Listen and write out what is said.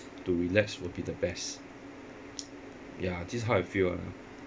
to relax would be the best ya this is how I feel lah